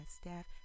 staff